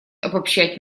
обобщать